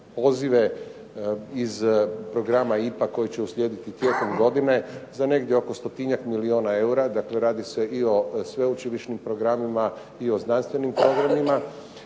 pozive iz programa IPA koji će uslijediti tijekom godine, za negdje oko stotinjak milijuna eura, dakle, radi se i o sveučilišnim programima i o znanstvenim programima.